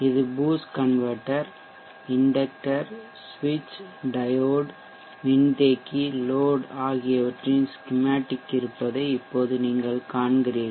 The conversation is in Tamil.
இது பூஸ்ட் கன்வெர்ட்டர் இண்டெக்ட்டர் சுவிட்ச் டையோடு மின்தேக்கி லோட் ஆகியவற்றின் ஸ்கிமேட்டிக் இருப்பதை இப்போது நீங்கள் காண்கிறீர்கள்